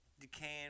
decaying